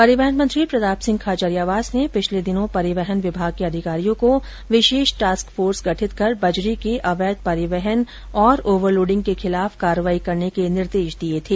परिवहन मंत्री प्रताप सिंह खाचरियावास ने पिछले दिनों परिवहन विभाग के अधिकारियों को विशेष टास्क फोर्स गठित कर बजरी के अवैध परिवहन और ओवरलोड के खिलाफ कार्यवाही करने के निर्देश दिए थे